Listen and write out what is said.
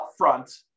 upfront